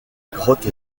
grotte